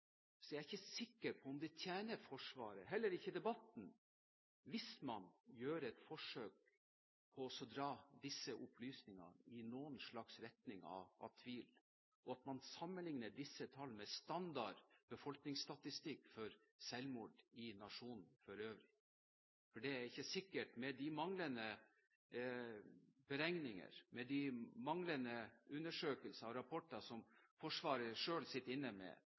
det tjener Forsvaret, og heller ikke debatten, hvis man gjør et forsøk på å dra disse opplysningene i retning av tvil og sammenlikner disse tallene med standard befolkningsstatistikk for selvmord i nasjonen for øvrig. Det er ikke sikkert at med de mangelfulle beregninger, undersøkelser og rapporter som Forsvaret selv sitter inne med,